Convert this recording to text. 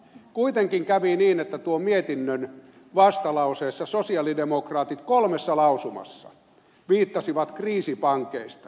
kuitenkin kävi niin että tuon mietinnön vastalauseessa sosialidemokraatit kolmessa lausumassa viittasivat kriisipankkeihin